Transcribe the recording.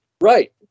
Right